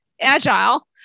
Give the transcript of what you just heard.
Agile